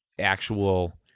actual